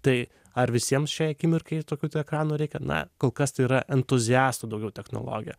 tai ar visiems šiai akimirkai tokių ekranų reikia na kol kas tai yra entuziastų daugiau technologija